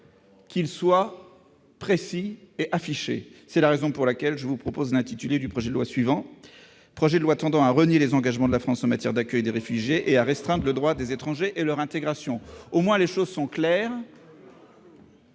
qu'ils soient précis et affichés ! C'est la raison pour laquelle je vous propose l'intitulé de projet de loi suivant :« Projet de loi tendant à renier les engagements de la France en matière d'accueil des réfugiés et à restreindre le droit des étrangers et leur intégration ». Au moins les choses sont claires,